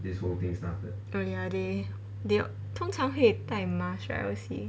oh ya they they 通常会带 mask right I always see